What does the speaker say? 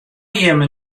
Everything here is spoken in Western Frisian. jimme